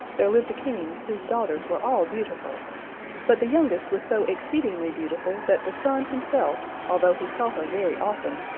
there lived a king, whose daughters were all beautiful but the youngest was so exceedingly beautiful that the sun himself, although he saw her very often,